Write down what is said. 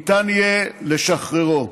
ניתן יהיה לשחרר אותו.